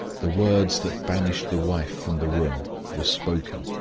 the words that banished the wife from the room were spoken.